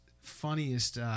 funniest –